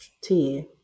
tea